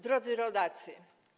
Drodzy Rodacy!